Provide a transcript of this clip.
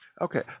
Okay